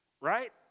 right